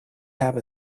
have